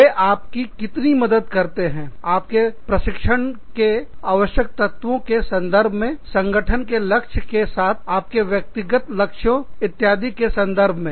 वे आपकी कितनी मदद करते हैं आपके प्रशिक्षण के आवश्यक तत्वों के संदर्भ में संगठन के लक्ष्य के साथ आपके व्यक्तिगत लक्ष्यों इत्यादि के संदर्भ में